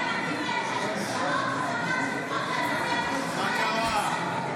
מי שחייב לדבר, שיצא החוצה.